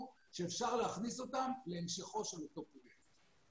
שאפשר להכניס אותן להמשכו של אותו פרויקט.